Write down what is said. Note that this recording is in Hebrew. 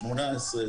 18,